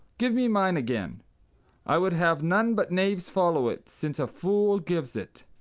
give me mine again i would have none but knaves follow it, since a fool gives it.